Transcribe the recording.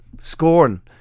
Scorn